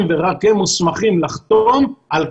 הם ורק הם מוסמכים לחתום על קנס.